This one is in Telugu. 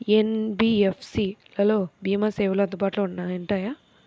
ఎన్.బీ.ఎఫ్.సి లలో భీమా సేవలు అందుబాటులో ఉంటాయా?